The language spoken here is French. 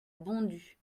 bondues